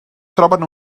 troben